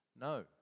no